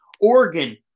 Oregon